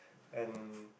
and